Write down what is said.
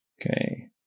Okay